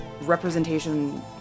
representation